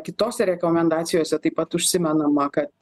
kitose rekomendacijose taip pat užsimenama kad